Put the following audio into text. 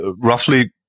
roughly